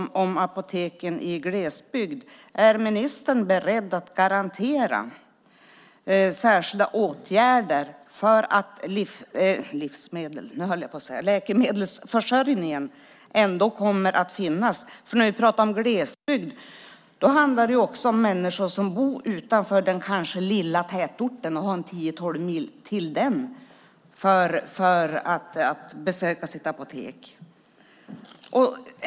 Herr talman! Jag fick inte heller svar på en del av de frågor jag ställde. Det handlar om apoteken i glesbygden. Är ministern beredd att garantera särskilda åtgärder så att läkemedelsförsörjningen ändå kommer att tryggas? När vi pratar om glesbygd handlar det också om människor som bor utanför den kanske lilla tätorten och har tio till tolv mil till den för att besöka sitt apotek.